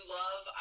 love